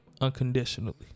unconditionally